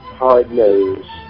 hard-nosed